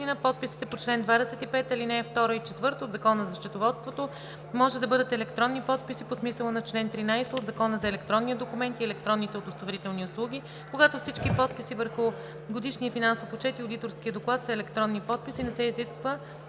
подписите по чл. 25, ал. 2 и 4 от Закона за счетоводството може да бъдат електронни подписи по смисъла на чл. 13 от Закона за електронния документ и електронните удостоверителни услуги. Когато всички подписи върху годишния финансов отчет и одиторския доклад са електронни подписи, не се изисква